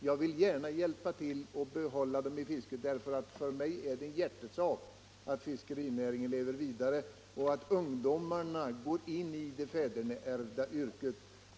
Jag vill gärna hjälpa till att hålla ungdomarna kvar i fisket, ty för mig är det en hjärtesak att fiskerinäringen lever vidare och att ungdomarna går in i det fäderneärvda yrket.